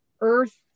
earth